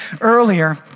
earlier